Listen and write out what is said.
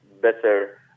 better